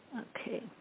Okay